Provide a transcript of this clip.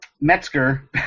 Metzger